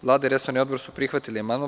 Vlada i resorni Odbor su prihvatili amandman.